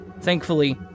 Thankfully